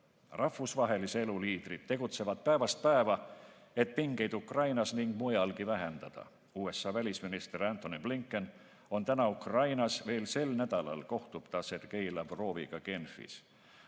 Rahvusvahelise elu liidrid tegutsevad päevast päeva, et pingeid Ukrainas ning mujalgi vähendada. USA välisminister Antony Blinken on täna Ukrainas, veel sel nädalal kohtub ta Sergei Lavroviga Genfis.